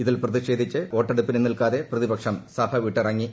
ഇതിൽ പ്രതിഷേധിച്ച് വോട്ടെടുപ്പിന് നിൽക്കാതെ പ്രതിപക്ഷം സഭ വിട്ടിറങ്ങി